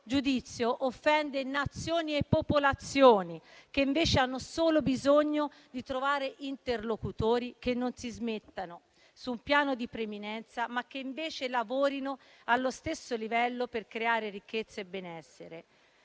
giudizio offende Nazioni e popolazioni che invece hanno solo bisogno di trovare interlocutori che non si mettano su un piano di preminenza ma che invece lavorino allo stesso livello per creare ricchezza e benessere.